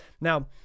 now